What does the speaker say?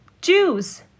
Juice